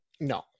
no